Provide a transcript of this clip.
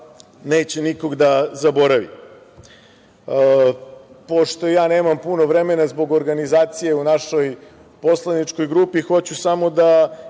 neće nikog da zaboravi. Pošto ja nemam puno vremena zbog organizacije u našoj poslaničkoj grupi, hoću samo da